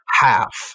half